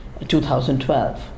2012